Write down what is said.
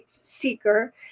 seeker